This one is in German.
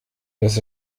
dass